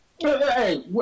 Hey